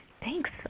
Thanks